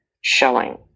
showing